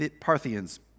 Parthians